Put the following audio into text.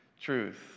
truth